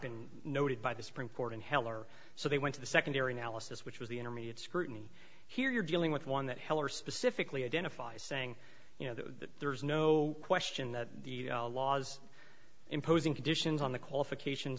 been noted by the supreme court in heller so they went to the secondary analysis which was the intermediate scrutiny here you're dealing with one that heller specifically identify saying you know that there is no question that the laws imposing conditions on the qualifications